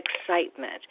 excitement